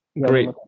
great